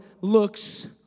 looks